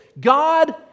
God